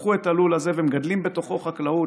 לקחו את הלול הזה ומגדלים בתוכו חקלאות